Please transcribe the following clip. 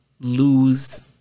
lose